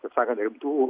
taip sakant rimtų